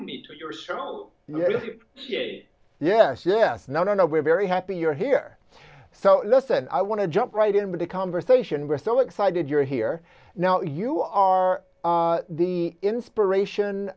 your show yes yes no no no we're very happy you're here so listen i want to jump right into the conversation we're so excited you're here now you are the inspiration